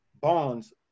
bonds